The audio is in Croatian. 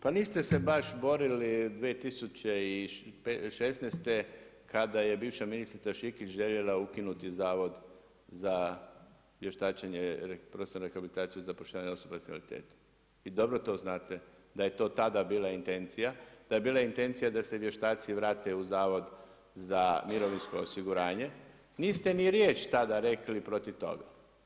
Pa niste se baš borili 2016. kada je bivša ministrica Šikić željela ukinuti Zavod za vještačenje, profesionalnu rehabilitaciju i zapošljavanje osoba s invaliditetom, vi dobro to znate da je to tada bila intencija, da je bila intencija da se vještaci vrate u Zavod za mirovinsko osiguranje, niste ni riječ tada rekli protiv toga.